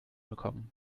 bekommen